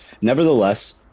Nevertheless